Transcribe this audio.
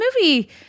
movie